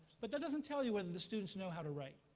but that doesn't tell you whether the students know how to write.